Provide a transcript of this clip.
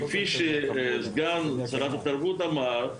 כפי שסגן שרת התרבות אמר,